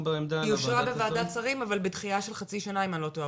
היא אושרה בוועדת שרים אבל בדחייה של חצי שנה אם אני לא טועה,